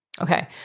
Okay